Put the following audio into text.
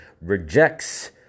rejects